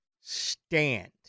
stand